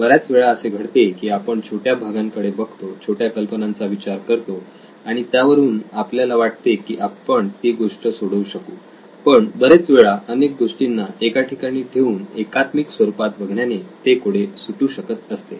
बऱ्याच वेळा असे घडते की आपण छोट्या भागांकडे बघतो छोट्या कल्पनांचा विचार करतो आणि त्यावरून आपल्याला वाटते की आपण ती गोष्ट सोडवू शकू पण बरेच वेळा अनेक गोष्टींना एका ठिकाणी ठेवून एकात्मिक स्वरूपात बघण्याने ते कोडे सुटू शकत असते